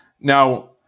Now